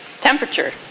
Temperature